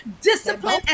discipline